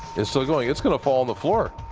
it's still going. it's gonna fall on the floor.